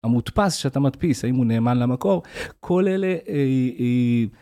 המודפס שאתה מדפיס האם הוא נאמן למקור כל אלה.